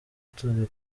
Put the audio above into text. turi